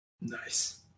Nice